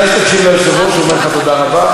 כדאי שתקשיב ליושב-ראש: כשהוא אומר לך תודה רבה,